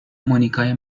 مونیکای